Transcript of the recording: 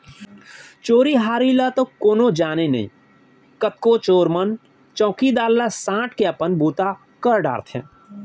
चोरी हारी ल तो कोनो जाने नई, कतको चोर मन चउकीदार ला सांट के अपन बूता कर डारथें